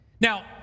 Now